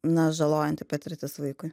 na žalojanti patirtis vaikui